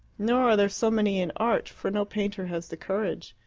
nor are there so many in art, for no painter has the courage.